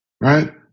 right